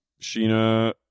Sheena